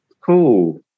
cool